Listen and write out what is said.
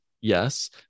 yes